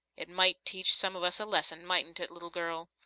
it might teach some of us a lesson, mightn't it, little girl?